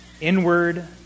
inward